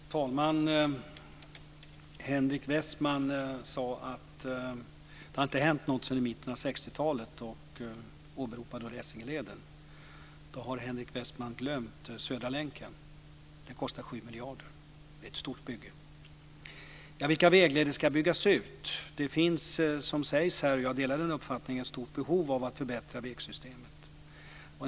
Herr talman! Henrik Westman sade att det inte har hänt något sedan i mitten av 1960-talet, och han åberopade då Essingeleden. Då har Henrik Westman glömt Södra länken. Den kostade 7 miljarder kronor. Det är ett stort bygge. Vilka vägleder ska då byggas ut? Jag delar den uppfattning som förs fram här om att det finns ett stort behov av att förbättra vägsystemet.